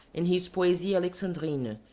in his poesie alexandrine,